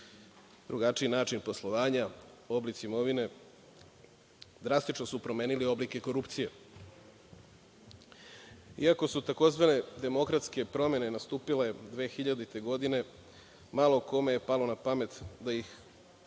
drugačiji način poslovanja, oblici imovine drastično su promenili oblike korupcije. Iako su tzv. demokratske promene nastupile 2000. godine, malo kome je palo na pamet da